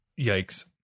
Yikes